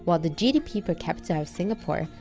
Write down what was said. while the gdp per capita of singapore,